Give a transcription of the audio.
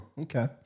Okay